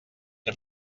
que